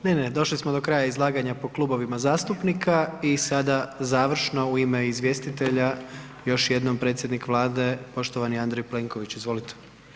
Ne, ne, došli smo do kraja izlaganja po klubovima zastupnika i sada završno u ime izvjestitelja još jednom predsjednik Vlade, poštovani Andrej Plenković, izvolite.